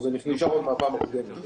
זה מהפעם הקודמת.